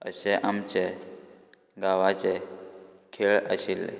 अशें आमचे गांवाचे खेळ आशिल्ले